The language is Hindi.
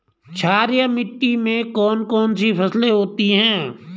क्षारीय मिट्टी में कौन कौन सी फसलें होती हैं?